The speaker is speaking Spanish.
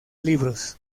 libros